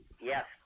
Yes